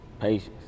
patience